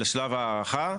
לשלב ההערכה,